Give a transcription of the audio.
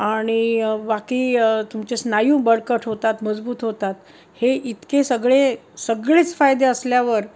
आणि बाकी तुमचे स्नायू बडकट होतात मजबूत होतात हे इतके सगळे सगळेच फायदे असल्यावर